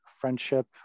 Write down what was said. friendship